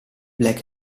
black